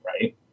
right